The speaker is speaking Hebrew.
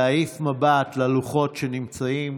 להעיף מבט ללוחות שנמצאים